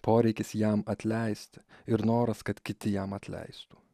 poreikis jam atleisti ir noras kad kiti jam atleistų